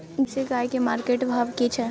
Jersey गाय की market भाव की छै?